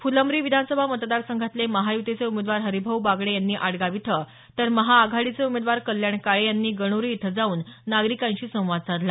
फुलंब्री विधानसभा मतदारसंघातले महायुतीचे उमेदवार हरीभाऊ बागडे यांनी आडगाव इथं तर महाआघाडीचे उमेदवार कल्याण काळे यांनी गणोरी इथं जाऊन नागरिकांशी संवाद साधला